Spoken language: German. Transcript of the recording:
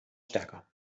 stärker